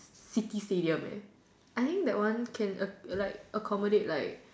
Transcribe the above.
city stadium eh I think that one can err like accommodate like